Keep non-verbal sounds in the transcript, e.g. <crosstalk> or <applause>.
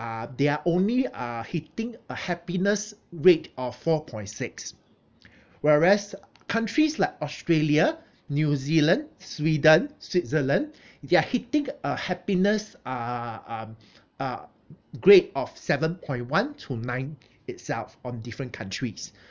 uh they are only uh hitting a happiness rate of four point six whereas countries like australia new zealand sweden switzerland <breath> they are hitting a happiness uh um uh grade of seven-point-one to nine itself on different countries